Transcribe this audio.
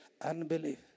unbelief